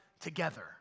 together